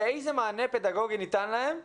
ואיזה מענה פדגוגי ניתן להם.